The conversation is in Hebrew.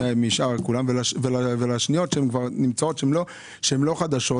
כולם ולאחרות שהן כבר נמצאות שם שהן לא חדשות,